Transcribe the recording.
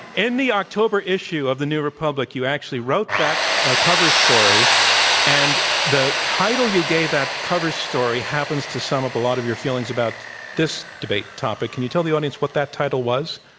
in the october issue of the new republic you actually wrote that ah cover story and the title you gave that cover story happens to sum up a lot of your feelings about this debate topic. can you tell the audience what that title was?